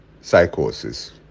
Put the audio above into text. psychosis